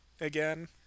again